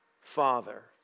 Father